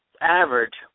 average